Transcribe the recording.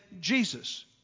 Jesus